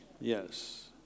Yes